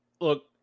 look